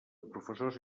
professors